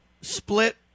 split